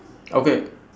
okay